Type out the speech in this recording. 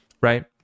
right